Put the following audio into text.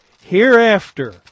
Hereafter